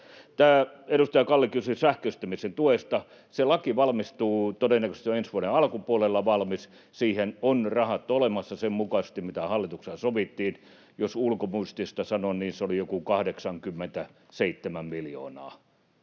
Edustaja Kalli kysyi sähköistämisen tuesta. Se laki valmistuu, todennäköisesti on jo ensi vuoden alkupuolella valmis. Siihen on rahat olemassa sen mukaisesti, mitä hallituksessa sovittiin. Jos ulkomuistista sanon, niin se oli joku 87 miljoonaa